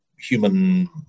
human